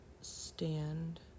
stand